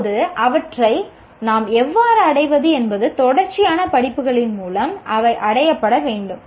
இப்போது அவற்றை நாம் எவ்வாறு அடைவது என்பது தொடர்ச்சியான படிப்புகளின் மூலம் அவை அடையப்பட வேண்டும்